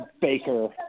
Baker